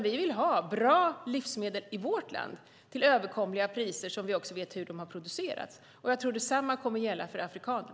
Vi vill ha bra livsmedel i vårt land till överkomliga priser, och vi vill också veta hur de har producerats. Jag tror att detsamma kommer att gälla för afrikanerna.